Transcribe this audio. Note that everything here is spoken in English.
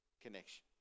connection